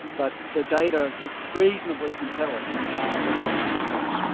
but the data looks reasonably compelling that that's the case.